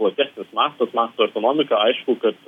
platesnis mastas masto ekonomika aišku kad